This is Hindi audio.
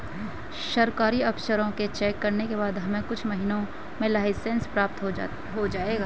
सरकारी अफसरों के चेक करने के बाद हमें कुछ महीनों में लाइसेंस प्राप्त हो जाएगा